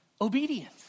Obedience